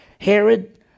Herod